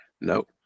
Nope